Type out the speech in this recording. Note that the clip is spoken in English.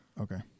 Okay